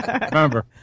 remember